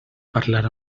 parlar